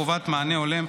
חובת מענה הולם),